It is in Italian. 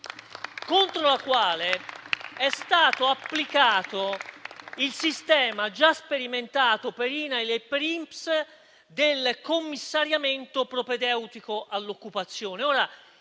contro la quale è stato applicato il sistema già sperimentato per INAIL e per INPS del commissariamento propedeutico all'occupazione.